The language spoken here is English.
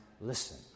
Listen